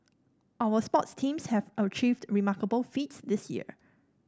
our sports teams have achieved remarkable feats this year